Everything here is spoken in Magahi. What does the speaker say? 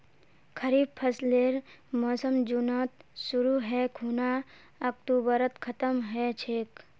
खरीफ फसलेर मोसम जुनत शुरु है खूना अक्टूबरत खत्म ह छेक